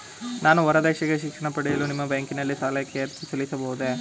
ನಾನು ಹೊರದೇಶಕ್ಕೆ ಶಿಕ್ಷಣ ಪಡೆಯಲು ನಿಮ್ಮ ಬ್ಯಾಂಕಿನಲ್ಲಿ ಸಾಲಕ್ಕೆ ಅರ್ಜಿ ಸಲ್ಲಿಸಬಹುದೇ?